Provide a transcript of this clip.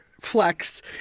flex